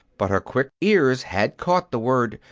but her quick ears had caught the word,